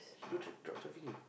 he do dr~ drug trafficking